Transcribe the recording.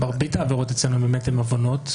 העבירות אצלנו הן עוונות,